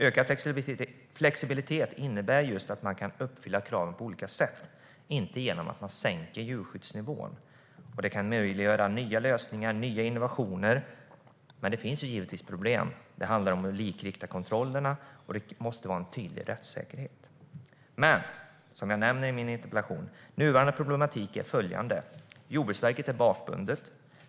Ökad flexibilitet innebär att man kan uppfylla kraven på olika sätt utan att man sänker djurskyddsnivån. Det kan möjliggöra nya lösningar och innovationer. Men det finns givetvis problem när det gäller att likrikta kontroller och skapa tydlig rättssäkerhet. Men som jag nämner i min interpellation är den nuvarande problematiken följande: Jordbruksverket är bakbundet.